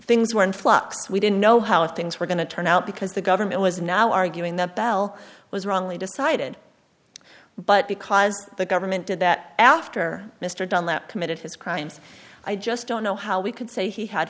things were in flux we didn't know how things were going to turn out because the government was now arguing that bell was wrongly decided but because the government did that after mr dunlap committed his crimes i just don't know how we could say he had